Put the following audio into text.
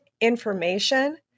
information